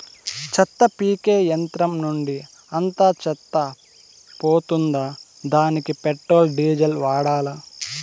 చెత్త పీకే యంత్రం నుండి అంతా చెత్త పోతుందా? దానికీ పెట్రోల్, డీజిల్ వాడాలా?